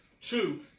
Two